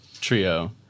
trio